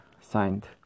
signed